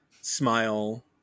smile